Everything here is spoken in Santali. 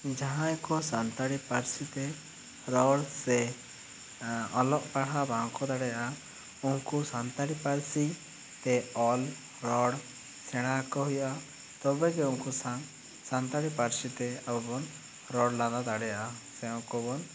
ᱡᱟᱦᱟᱸᱭ ᱠᱚ ᱥᱟᱱᱛᱟᱲᱤ ᱯᱟᱹᱨᱥᱤ ᱛᱮ ᱨᱚᱲ ᱥᱮ ᱚᱞᱚᱜ ᱯᱟᱲᱦᱟᱜ ᱵᱟᱝ ᱠᱚ ᱫᱟᱲᱮᱭᱟᱜᱼᱟ ᱩᱱᱠᱩ ᱥᱟᱱᱛᱟᱲᱤ ᱯᱟᱹᱨᱥᱤ ᱛᱮ ᱚᱞ ᱨᱚᱲ ᱥᱮᱬᱟ ᱦᱟᱠᱚ ᱦᱩᱭᱩᱜᱼᱟ ᱛᱚᱵᱮ ᱜᱮ ᱩᱱᱠᱩ ᱥᱟᱶ ᱥᱟᱱᱛᱟᱲᱤ ᱯᱟᱹᱨᱥᱤ ᱛᱮ ᱟᱵᱚ ᱵᱚᱱ ᱨᱚᱲ ᱞᱟᱸᱫᱟ ᱫᱟᱲᱮᱭᱟᱜᱼᱟ ᱥᱮ ᱩᱱᱠᱩ ᱵᱚᱱ